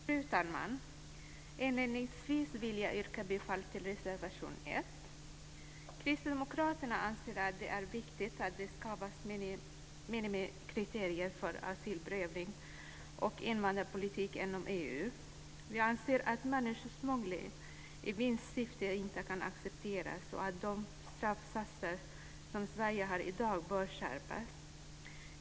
Fru talman! Inledningsvis yrkar jag bifall till reservation 1. Kristdemokraterna anser att det är viktigt att det skapas minimikriterier för asylprövning och invandrarpolitik inom EU. Vi anser att människosmuggling i vinstsyfte inte kan accepteras och att de straffsatser som Sverige har i dag bör skärpas.